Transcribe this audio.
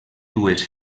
dues